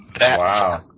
Wow